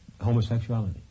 homosexuality